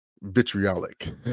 vitriolic